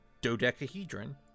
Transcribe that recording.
dodecahedron